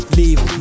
leave